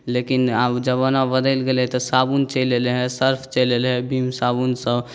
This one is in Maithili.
लेकिन आब जबाना बदलि गेलय तँ साबुन चलि ऐलै हेँ सर्फ चलि ऐलै हेँ बिम साबुन सब